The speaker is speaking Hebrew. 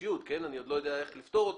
25י שאני עוד לא יודע איך לפתור אותו.